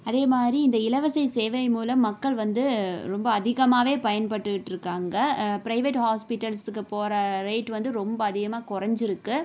அதே மாதிரி இந்த இலவச சேவை மூலம் மக்கள் வந்து ரொம்ப அதிகமாகவே பயன்பட்டுகிட்டு இருக்காங்க ப்ரைவேட் ஹாஸ்பிட்டல்ஸுக்கு போகிற ரேட் வந்து ரொம்ப அதிகமாக குறஞ்சிருக்கு